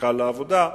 שזקוקה לעבודה.